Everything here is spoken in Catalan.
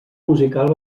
musical